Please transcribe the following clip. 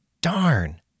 darn